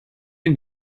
and